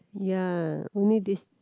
ya only this